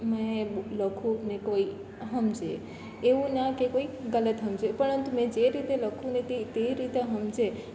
મેં બુક લખું ને કોઈ સમજે એવું ના કે કોઈ ગલત સમજે પરંતુ મેં જે રીતે લખું ને તે તે રીતે સમજે